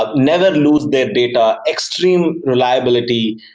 ah never lose their data, extreme reliability,